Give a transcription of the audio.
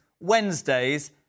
Wednesdays